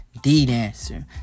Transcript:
D-Dancer